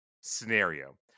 scenario